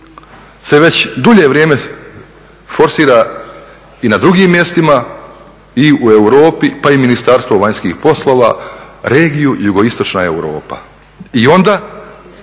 se već dulje vrijeme forsira i na drugim mjestima i u Europi pa i Ministarstvo vanjskih poslova, regiju JI Europa. I onda